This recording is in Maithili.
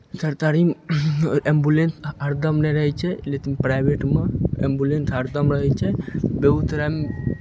सरतारीमे एम्बुलेन्थ हरदम नहि रहै छै लेतिन प्राइवेटमे एम्बुलेन्थ हरदम रहै छै बेगुथरायमे